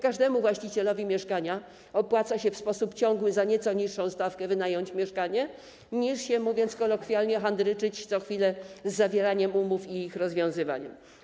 Każdemu właścicielowi mieszkania bardziej opłaca się w sposób ciągły za nieco niższą stawkę wynająć mieszkanie, niż, mówiąc kolokwialnie, handryczyć się co chwilę z zawieraniem umów i ich rozwiązywaniem.